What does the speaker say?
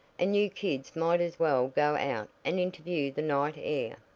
and you kids might as well go out and interview the night air.